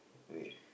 with